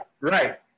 right